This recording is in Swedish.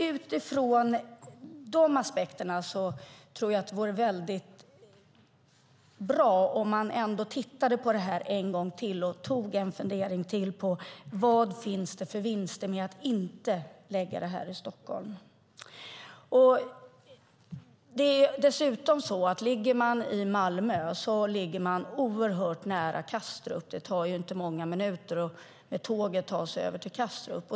Utifrån dessa aspekter tror jag att det vore mycket bra om man ändå tittade på detta en gång till och tog en fundering till på vilka vinster som finns med att inte lägga detta i Stockholm. Dessutom är det så att om man finns i Malmö är det mycket nära till Kastrup. Det tar inte många minuter att ta sig med tåget till Kastrup.